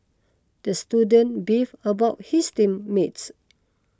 the student beef about his team mates